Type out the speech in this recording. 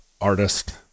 artist